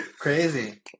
crazy